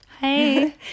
Hey